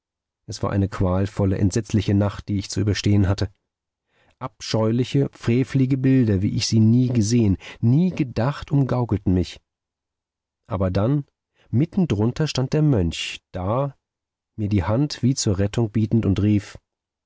es war eine qualvolle entsetzliche nacht die ich zu überstehen hatte abscheuliche frevelige bilder wie ich sie nie gesehen nie gedacht umgaukelten mich aber dann mitten drunter stand der mönch da mir die hand wie zur rettung bietend und rief